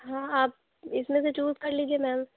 ہاں آپ اس میں سے چوز کر لیجیے میم